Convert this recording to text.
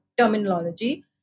terminology